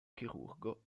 chirurgo